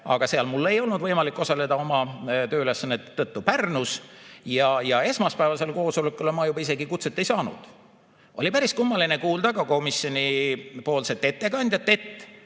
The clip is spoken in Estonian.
aga seal mul ei olnud võimalik osaleda oma tööülesannete tõttu Pärnus. Ja esmaspäevasele koosolekule ma isegi kutset ei saanud. Oli päris kummaline kuulda ka komisjoni ettekandjalt, et